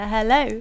Hello